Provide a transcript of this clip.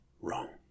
wrong